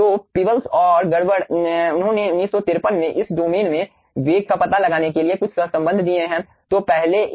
तो पीबल्स और गार्बर उन्होंने 1953 में इस डोमेन में वेग का पता लगाने के लिए कुछ सहसंबंध दिए हैं